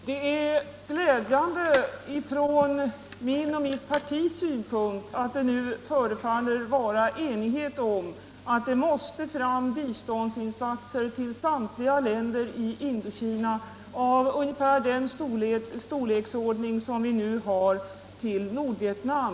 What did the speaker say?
Herr talman! Från mina och från mitt partis synpunkter är det glädjande att det nu förefaller råda enighet om att det för samtliga länder i Indokina måste göras biståndsinsatser av ungefär den storleksordning som vi nu ger till Nordvietnam.